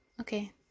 okay